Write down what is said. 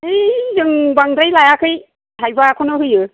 है जों बांद्राय लायाखै थाइबाखौनो होयो